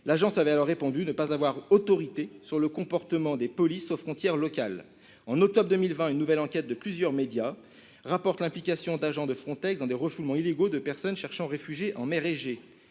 L'agence avait alors répondu ne pas avoir « autorité sur le comportement des polices aux frontières locales ». En octobre 2020, une nouvelle enquête de plusieurs médias rapportait l'implication d'agents de Frontex dans des refoulements illégaux de personnes cherchant refuge en mer Égée.